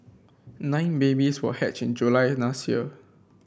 nine babies were hatched in July last year